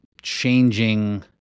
changing